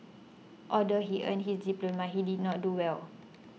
although he earned his diploma he did not do well